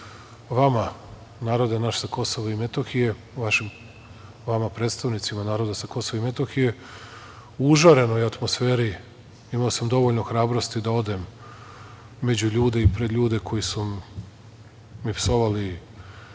vama narode naš sa Kosova i Metohije, vama predstavnicima naroda sa Kosova i Metohije, u užarenoj atmosferi, imao sam dovoljno hrabrosti da odem među ljude i pred ljude koji su mi psovali,